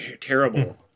terrible